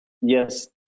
Yes